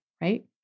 right